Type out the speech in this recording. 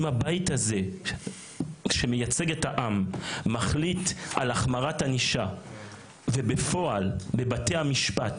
אם הבית הזה שמייצג את העם מחליט על החמרת ענישה ובפועל בבתי המשפט